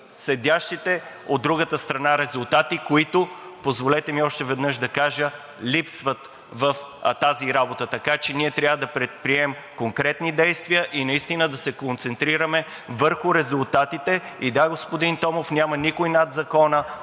седящите от другата страна резултати, които, позволете ми още веднъж да кажа, липсват в тази работа. Така че ние трябва да предприемем конкретни действия и наистина да се концентрираме върху резултатите. И, да, господин Томов, няма никой над закона.